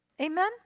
Amen